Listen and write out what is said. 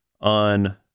on